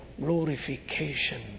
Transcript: glorification